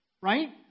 Right